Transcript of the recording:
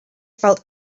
felt